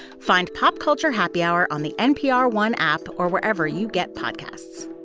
find pop culture happy hour on the npr one app or wherever you get podcasts